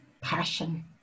passion